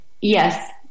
Yes